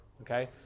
okay